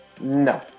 No